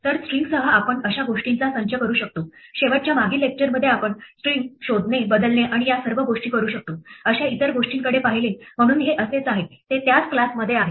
तर स्ट्रिंगसह आपण अशा गोष्टींचा संच करू शकतो शेवटच्या मागील लेक्चरमध्ये आपण स्ट्रिंग शोधणे बदलणे आणि या सर्व गोष्टी करू शकतो अशा इतर गोष्टींकडे पाहिले म्हणून हे असेच आहे ते त्याच क्लासमध्ये आहे